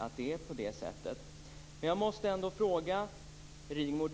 att det är på det sättet. Jag måste ändå ställa en fråga till Rigmor.